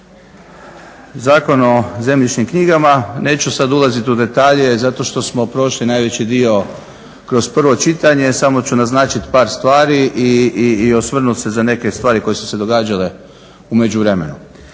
Zakon o zemljišnim knjigama. Neću sad ulazit u detalje zato što smo prošli najveći dio kroz prvo čitanje samo ću naznačiti par stvari i osvrnut se za neke stvari koje su se događale u međuvremenu.